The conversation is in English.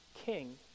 king